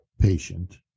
patient